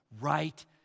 right